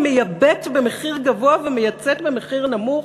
מייבאת במחיר גבוה ומייצאת במחיר נמוך?